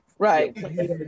Right